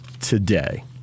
today